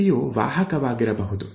ವ್ಯಕ್ತಿಯು ವಾಹಕವಾಗಿರಬಹುದು